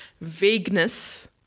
vagueness